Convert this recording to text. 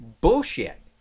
Bullshit